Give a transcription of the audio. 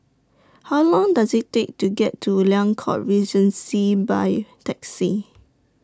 How Long Does IT Take to get to Liang Court Regency By Taxi